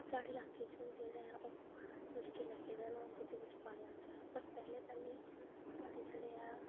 साढ़े लाके जेह्ड़ा ऐ ओह् नलके लगे दे न जेह्दे बिच पानी आंदा ऐ पर पैह्ले पैह्ले साढ़े जेह्ड़े ऐ